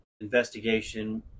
investigation